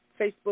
Facebook